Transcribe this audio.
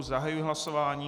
Zahajuji hlasování.